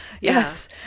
Yes